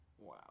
Wow